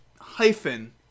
hyphen